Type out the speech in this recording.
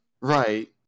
Right